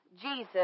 Jesus